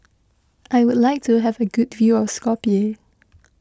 I would like to have a good view of Skopje